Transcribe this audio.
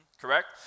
correct